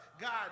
God